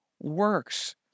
works